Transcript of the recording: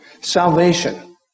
salvation